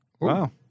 Wow